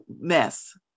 mess